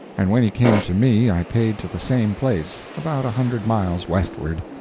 and when he came to me i paid to the same place about a hundred miles westward.